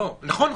נכון.